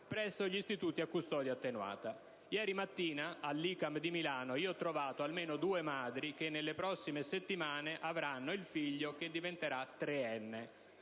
presso gli istituti a custodia attenuata». Ieri mattina, all'ICAM di Milano ho trovato almeno due madri che nelle prossime settimane avranno il figlio che diventerà treenne.